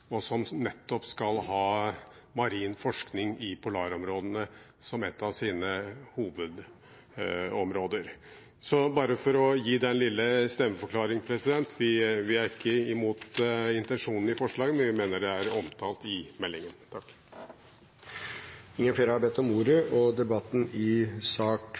polarområdene som et av sine hovedområder. Bare for å gi den lille stemmeforklaringen: Vi er ikke imot intensjonene i forslaget, men vi mener det er omtalt i meldingen. Flere har ikke bedt om ordet